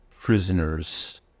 Prisoners